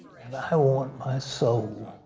and i want my so